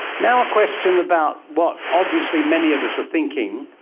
now a question about what obviously many of us are thinking,